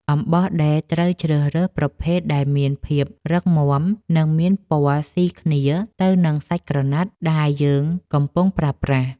អំបោះដេរត្រូវជ្រើសរើសប្រភេទដែលមានភាពរឹងមាំ និងមានពណ៌ស៊ីគ្នាទៅនឹងសាច់ក្រណាត់ដែលយើងកំពុងប្រើប្រាស់។